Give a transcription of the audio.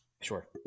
sure